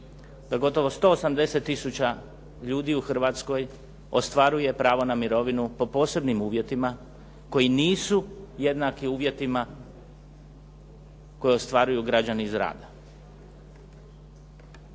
da gotovo 180000 ljudi u Hrvatskoj ostvaruje pravo na mirovinu po posebnim uvjetima koji nisu jednaki uvjetima koje ostvaruju građani iz rada.